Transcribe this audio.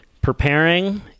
preparing